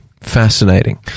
Fascinating